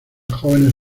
jóvenes